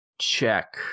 check